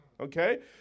okay